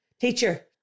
Teacher